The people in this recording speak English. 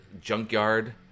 junkyard